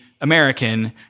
American